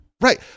Right